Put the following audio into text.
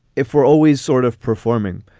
if we're always sort of performing.